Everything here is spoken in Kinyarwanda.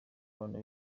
abana